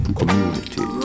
community